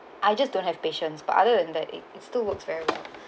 I just don't have patience but other than that it it's still works very well